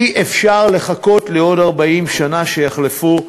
אי-אפשר לחכות לעוד 40 שנה שיחלפו.